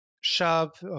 shop